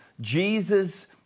Jesus